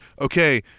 okay